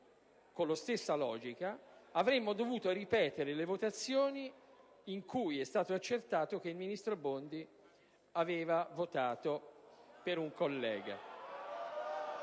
con la stessa logica, avremmo dovuto ripetere le votazioni in cui è stato accertato che il ministro Bondi aveva votato per un collega.